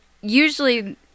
usually